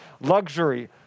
luxury